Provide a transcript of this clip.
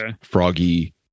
Froggy